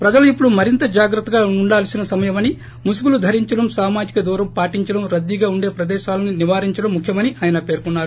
ప్రజలు ఇప్పుడు మరింత జాగ్రత్తగా ఉండాల్సిన సమయమని ముసుగులు ధరించడం సామాజిక దూరం పాటించడం రద్దీగా ఉండే ప్రదేశాలను నివారించడం ముఖ్యమని ఆయన పేర్కొన్నారు